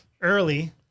early